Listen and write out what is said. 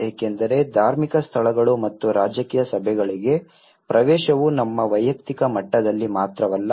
ಏಕೆಂದರೆ ಧಾರ್ಮಿಕ ಸ್ಥಳಗಳು ಮತ್ತು ರಾಜಕೀಯ ಸಭೆಗಳಿಗೆ ಪ್ರವೇಶವು ನಮ್ಮ ವೈಯಕ್ತಿಕ ಮಟ್ಟದಲ್ಲಿ ಮಾತ್ರವಲ್ಲ